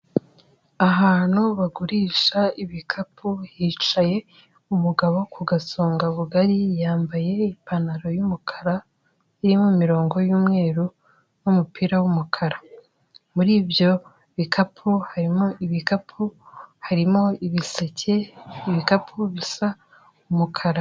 Ahantu bagurisha ibikapu hicaye umugabo ku gasonga bugari, yambaye ipantaro y'umukara irimo imirongo y'umweru n'umupira w'umukara, muri ibyo bikapu harimo ibikapu, harimo ibiseke ibikapu bisa umukara.